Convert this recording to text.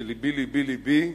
שלבי, לבי,